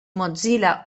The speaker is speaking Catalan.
mozilla